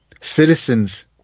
citizens